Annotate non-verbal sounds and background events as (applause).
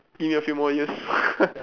give me a few more years (laughs)